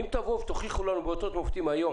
ם תבואו ותוכיחו לנו באותות ובמופתים היום